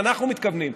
ואנחנו מתכוונים,